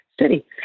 city